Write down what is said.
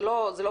זה לא פשוט.